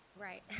Right